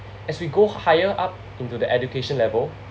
as we go higher up into the education level